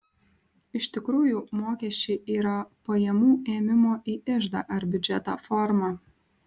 iš tikrųjų mokesčiai yra pajamų ėmimo į iždą ar biudžetą forma